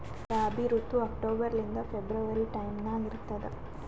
ರಾಬಿ ಋತು ಅಕ್ಟೋಬರ್ ಲಿಂದ February time ನಾಗ ಇರ್ತದ